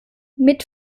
mit